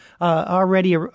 already